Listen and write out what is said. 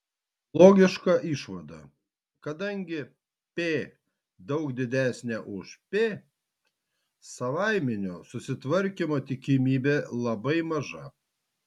logiška išvada kadangi p daug didesnė už p savaiminio susitvarkymo tikimybė labai maža